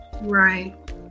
Right